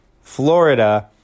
Florida